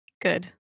Good